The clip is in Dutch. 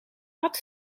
had